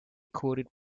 quoted